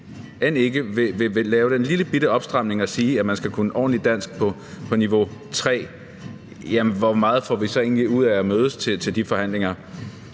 end ikke vil lave den lillebitte opstramning og sige, at man skal kunne ordentligt dansk på niveau 3, hvor meget får vi så egentlig ud af at mødes til de forhandlinger?